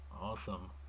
Awesome